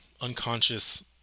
unconscious